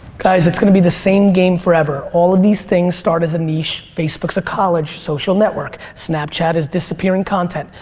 guys, it's going to be the same game forever all of these things start as a niche, facebook's a college social network. snapchat is disappearing content.